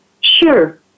Sure